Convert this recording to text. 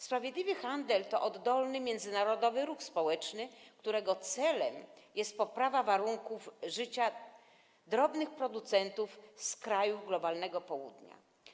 Sprawiedliwy Handel to oddolny, międzynarodowy ruch społeczny, którego celem jest poprawa warunków życia drobnych producentów z krajów globalnego Południa.